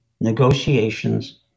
negotiations